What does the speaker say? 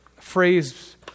phrase